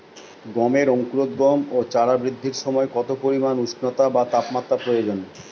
গমের অঙ্কুরোদগম ও চারা বৃদ্ধির সময় কত পরিমান উষ্ণতা বা তাপমাত্রা প্রয়োজন?